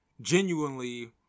genuinely